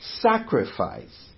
sacrifice